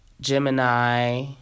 Gemini